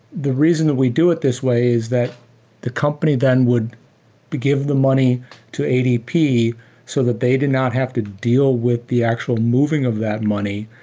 the reason we do it this way is that the company then would but give the money to adp so that they did not have to deal with the actual moving of that money.